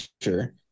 sure